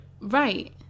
Right